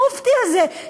המופתי הזה,